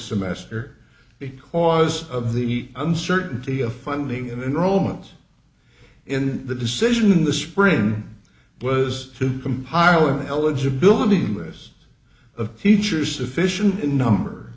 semester because of the uncertainty of funding and romans in the decision in the spring was to compile a eligibility list of teachers sufficient in number